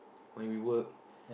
when we work